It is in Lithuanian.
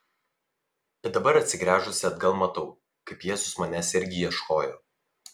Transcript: bet dabar atsigręžusi atgal matau kaip jėzus manęs irgi ieškojo